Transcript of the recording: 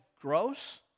gross